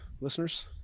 listeners